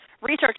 research